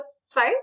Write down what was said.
side